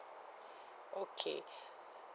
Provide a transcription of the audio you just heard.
okay